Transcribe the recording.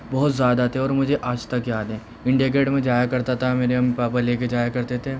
بہت زیادہ تھے اور مجھے آج تک یاد ہیں انڈیا گیٹ میں جایا کرتا تھا میرے امی پاپا لے کے جایا کرتے تھے